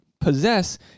possess